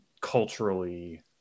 culturally